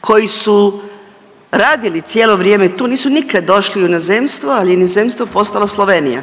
koji su radili cijelo vrijeme tu, nisu nikad došli u inozemstvo, ali inozemstvo je postala Slovenija,